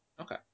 Okay